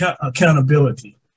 accountability